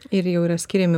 ir jau yra skiriami